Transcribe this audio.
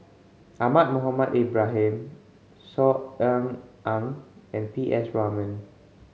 Ahmad Mohamed Ibrahim Saw Ean Ang and P S Raman